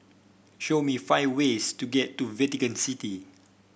show me five ways to get to Vatican City